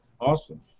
Awesome